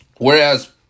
Whereas